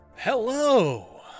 hello